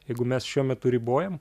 jeigu mes šiuo metu ribojam